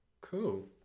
Cool